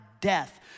death